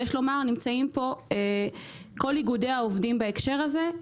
יש לומר, נמצאים פה כל איגודי העובדים בהקשר הזה,